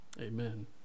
amen